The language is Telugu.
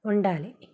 ఉండాలి